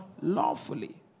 Lawfully